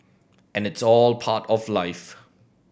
and it's all part of life